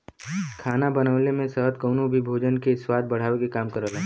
खाना बनवले में शहद कउनो भी भोजन के स्वाद बढ़ावे क काम करला